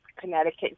Connecticut